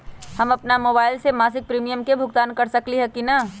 हम अपन मोबाइल से मासिक प्रीमियम के भुगतान कर सकली ह की न?